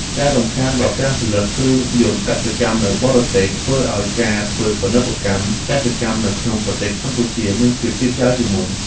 ការរំខានដល់ការផលិតគ្រឿងយន្តកសិកម្មនៅបរទេសធ្វើឱ្យការធ្វើទំនើបកម្មកសិកម្មនៅក្នុងប្រទេសកម្ពុជាមានភាពយឺតយ៉ាវជាងមុន។